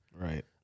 right